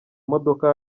modoka